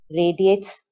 radiates